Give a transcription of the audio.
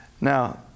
Now